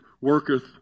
worketh